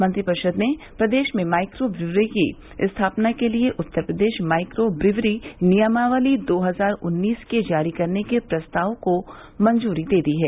मंत्रिपरिषद ने प्रदेश में माइक्रो ब्रिवरी की स्थापना के लिये उत्तर प्रदेश माइक्रो ब्रिवरी नियमावली दो हज़ार उन्नीस के जारी करने के प्रस्ताव को भी मंजूरी दे दी है